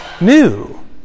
new